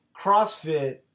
CrossFit